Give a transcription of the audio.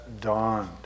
dawned